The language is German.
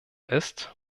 ist